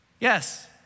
Yes